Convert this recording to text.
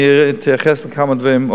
אני אתייחס לכמה דברים.